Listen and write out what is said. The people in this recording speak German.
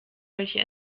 welche